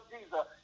Jesus